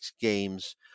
games